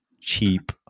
cheap